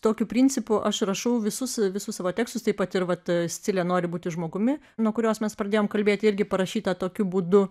tokiu principu aš rašau visus visus savo tekstus taip pat ir vat scilė nori būti žmogumi nuo kurios mes pradėjom kalbėti irgi parašyta tokiu būdu